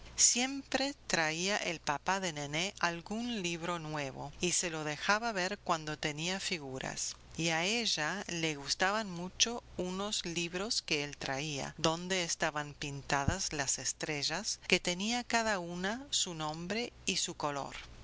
siempre traía el papá de nené algún libro nuevo y se lo dejaba ver cuando tenía figuras y a ella le gustaban mucho unos libros que él traía donde estaban pintadas las estrellas que tiene cada una su nombre y su color